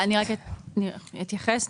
אני אתייחס.